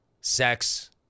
Sex